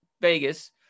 Vegas